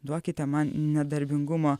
duokite man nedarbingumo